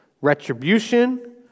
retribution